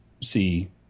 see